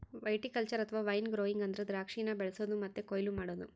viticulture ಅಥವಾ wine growing ಅಂದ್ರ ದ್ರಾಕ್ಷಿನ ಬೆಳಿಸೊದು ಮತ್ತೆ ಕೊಯ್ಲು ಮಾಡೊದು